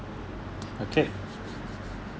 okay